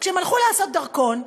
וכשהם הלכו לעשות דרכון,